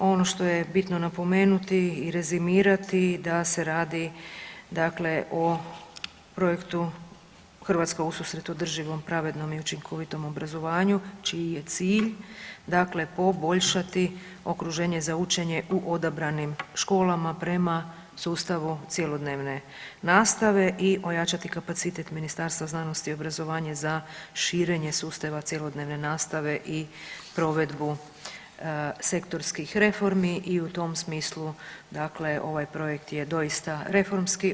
Ono što je bitno napomenuti i rezimirati da se radi dakle o projektu „Hrvatska ususret održivom, pravednom i učinkovitom obrazovanju“ čiji je cilj dakle poboljšati okruženje za učenje u odabranim školama prema sustavu cjelodnevne nastave i ojačati kapacitet Ministarstva znanosti i obrazovanja za širenje sustava cjelodnevne nastave i provedbu sektorskih reformi i u tom smislu dakle ovaj projekt je doista reformski.